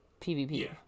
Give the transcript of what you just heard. PVP